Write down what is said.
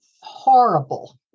Horrible